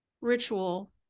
ritual